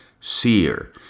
seer